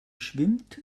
schwimmt